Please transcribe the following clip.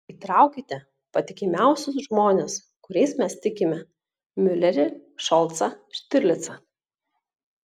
įtraukite patikimiausius žmones kuriais mes tikime miulerį šolcą štirlicą